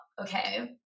okay